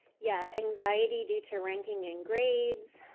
yeah anxiety due to ranking in grades.